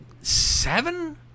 seven